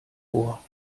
vor